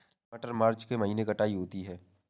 मटर मार्च के महीने कटाई होती है?